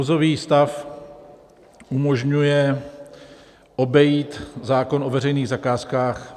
Nouzový stav umožňuje obejít zákon o veřejných zakázkách.